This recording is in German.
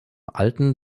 alten